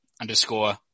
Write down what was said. underscore